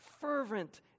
fervent